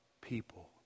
people